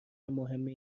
مهمی